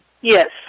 Yes